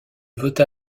vota